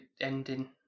ending